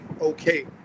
okay